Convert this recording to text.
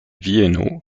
vieno